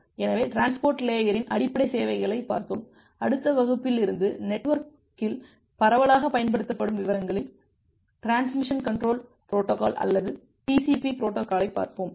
எனவே டிரான்ஸ்போர்ட் லேயரின் அடிப்படை சேவைகளை பார்த்தோம் அடுத்த வகுப்பில் இருந்து நெட்வொர்க்கில் பரவலாகப் பயன்படுத்தப்படும் விவரங்களில் டிரான்ஸ்மிஷன் கண்ட்ரோல் புரோட்டோகால் அல்லது டிசிபி பொரோட்டோகாலைப் பார்ப்போம்